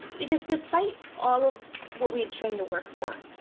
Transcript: because despite all of what we had trained to work for,